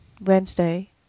Wednesday